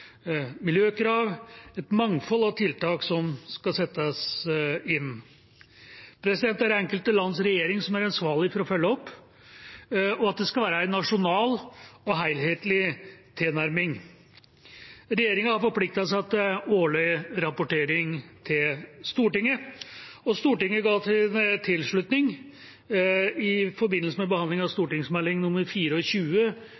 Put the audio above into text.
miljøkrav, et mangfold av tiltak som skal settes inn. Det er det enkelte lands regjering som er ansvarlig for å følge opp, og det skal være en nasjonal og helhetlig tilnærming. Regjeringa har forpliktet seg til årlig rapportering til Stortinget, og Stortinget ga sin tilslutning i forbindelse med behandling av